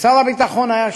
ושר הביטחון היה שם,